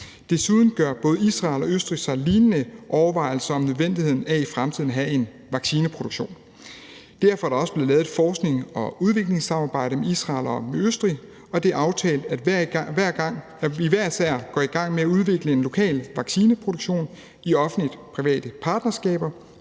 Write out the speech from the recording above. Desuden gør både Israel og Østrig sig lignende overvejelser om nødvendigheden af i fremtiden at have en vaccineproduktion. Derfor er der også blevet lavet et forsknings- og udviklingssamarbejde med Israel og med Østrig, og det er aftalt, at hver gang vi hver især går i gang med at udvikle en lokal vaccineproduktion i offentlig-private partnerskaber,